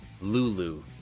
Lulu